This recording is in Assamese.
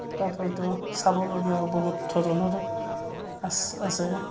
তাত হয়তো চাবলগীয়া আৰু বহুত ধৰণৰ আছে